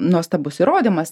nuostabus įrodymas